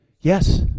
Yes